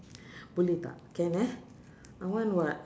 boleh tak can eh I want [what]